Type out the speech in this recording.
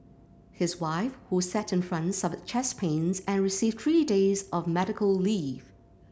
his wife who sat in front suffered chest pains and received three days of medical leave